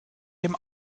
dem